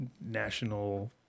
National